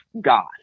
God